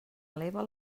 eleva